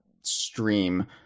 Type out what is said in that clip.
stream